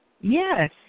Yes